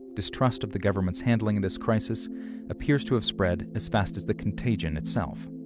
distrust of the government's handling of this crisis appears to have spread as fast as the contagion itself.